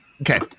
Okay